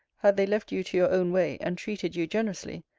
had they left you to your own way, and treated you generously,